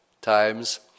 times